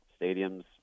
stadiums